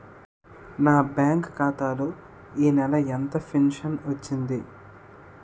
నా బ్యాంక్ ఖాతా లో ఈ నెల ఎంత ఫించను వచ్చింది?